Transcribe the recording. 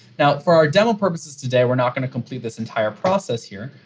now, for our demo purposes today, we're not going to complete this entire process here,